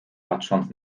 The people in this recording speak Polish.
patrząc